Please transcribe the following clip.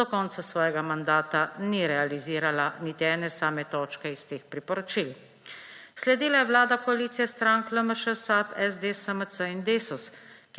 do konca svojega mandata ni realizirala niti ene same točke iz teh priporočil. Sledila je vlada koalicije strank LMŠ, SAB, SD, SMC in Desus,